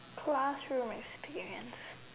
classroom experience